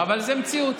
אבל זה מציאות,